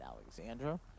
Alexandra